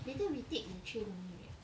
later we take the train only right